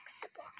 flexible